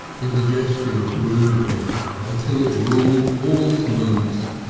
indigestion grew with him until it ruled all his moods,